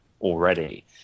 already